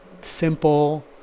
simple